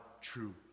true